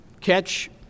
Catch